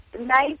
nice